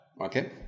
Okay